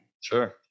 Sure